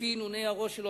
לפי הנהוני הראש שלו,